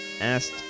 asked